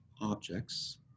objects